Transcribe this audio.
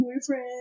boyfriend